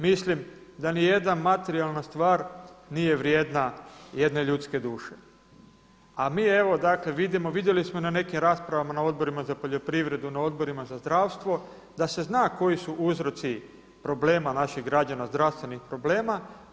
Mislim da ni jedna materijalna stvar nije vrijedna jedne ljudske duše, a mi evo dakle vidimo, vidjeli smo na nekim raspravama na Odborima za poljoprivredu, na Odborima za zdravstvo da se zna koji su uzroci problema naših građana, zdravstvenih problema.